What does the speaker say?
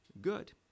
good